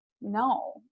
no